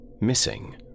Missing